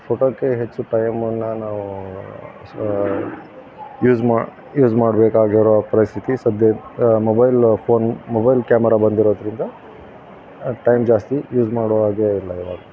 ಫೋಟೋಕ್ಕೆ ಹೆಚ್ಚು ಟೈಮನ್ನು ನಾವು ಸ ಯೂಸ್ ಮಾ ಯೂಸ್ ಮಾಡಬೇಕಾಗಿರೋ ಪರಿಸ್ಥಿತಿ ಸದ್ಯ ಮೊಬೈಲ್ ಫೋನ್ ಮೊಬೈಲ್ ಕ್ಯಾಮರಾ ಬಂದಿರೋದರಿಂದ ಟೈಮ್ ಜಾಸ್ತಿ ಯೂಸ್ ಮಾಡುವ ಹಾಗೇ ಇಲ್ಲ ಇವಾಗ